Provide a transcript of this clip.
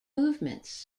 movements